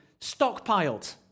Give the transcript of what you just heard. stockpiled